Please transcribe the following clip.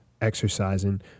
exercising